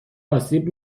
آسیب